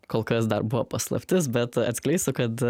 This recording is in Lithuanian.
kol kas dar buvo paslaptis bet atskleisiu kad